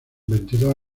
veintidós